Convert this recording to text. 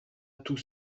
tout